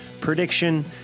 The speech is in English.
prediction